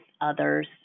others